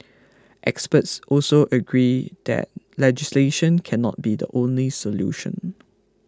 experts also agree that legislation cannot be the only solution